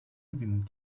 evident